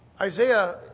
Isaiah